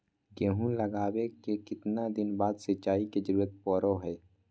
गेहूं लगावे के कितना दिन बाद सिंचाई के जरूरत पड़ो है?